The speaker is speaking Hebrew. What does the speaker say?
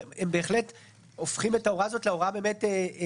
בהחלט הופכים את ההוראה הזאת להוראה בעייתית.